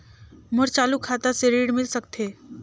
मोर चालू खाता से ऋण मिल सकथे?